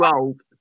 old